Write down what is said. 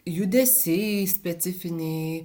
judesiai specifiniai